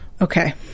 Okay